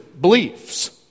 beliefs